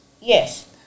Yes